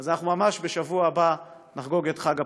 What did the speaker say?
אז ממש בשבוע הבא נחגוג את חג הפורים,